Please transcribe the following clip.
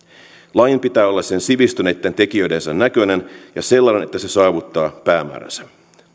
lain pitää olla sivistyneitten tekijöidensä näköinen ja sellainen että se saavuttaa päämääränsä